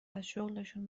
ازشغلشون